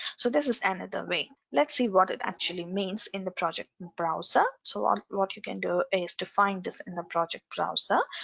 so this is and another way. let's see what it actually means in the project browser so um what you can do is to find this in the project browser.